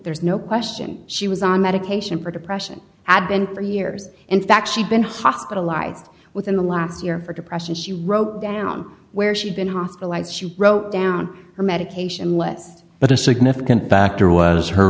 there's no question she was on medication for depression had been for years in fact she'd been hospitalized within the last year for depression she wrote down where she'd been hospitalized she wrote down her medication list but a significant factor was her